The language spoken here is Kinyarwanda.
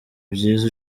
byiza